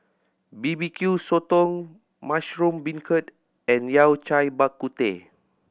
B B Q Sotong mushroom beancurd and Yao Cai Bak Kut Teh